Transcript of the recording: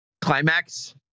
climax